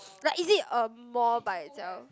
like is it a mall by itself